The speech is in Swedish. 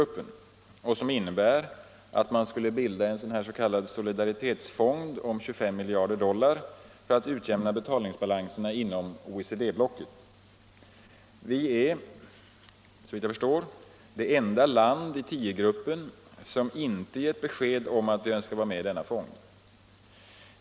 Det förslaget innebär att man skulle bilda en s.k. solidaritetsfond på 25 miljarder dollar för att utjämna betalningsbalanserna inom OECD-blocket. Vi är, såvitt jag vet, det enda land i tiogruppen som inte har givit besked om att vi önskar vara med i denna fond.